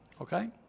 okay